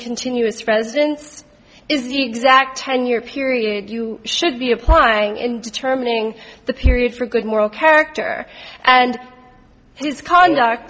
continuous residence is the exact ten year period you should be applying in determining the period for good moral character and his conduct